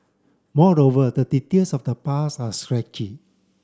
moreover the details of the past are stretchy